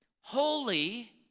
holy